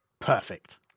Perfect